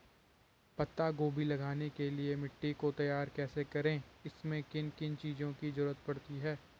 पत्ता गोभी लगाने के लिए मिट्टी को तैयार कैसे करें इसमें किन किन चीज़ों की जरूरत पड़ती है?